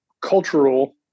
cultural